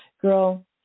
girl